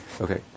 okay